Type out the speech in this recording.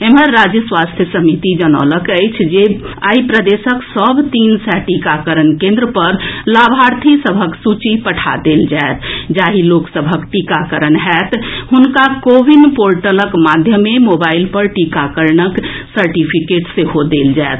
एम्हर राज्य स्वास्थ्य समिति जनौलक अछि जे आई प्रदेशक सभ तीन सय टीकाकरण केन्द्र पर लाभार्थी सभक सूची पठा देल जाएत जाहि लोक सभक टीकाकरण होएत हुनका कोविन पोर्टलक माध्यमे मोबाईल पर टीकाकरणक सर्टिफिकेट सेहो देल जाएत